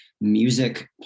music